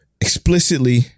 explicitly